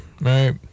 Right